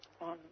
on